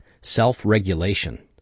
Self-Regulation